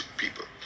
people